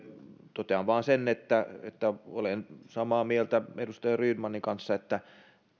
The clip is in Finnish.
totean vain sen että että olen samaa mieltä edustaja rydmanin kanssa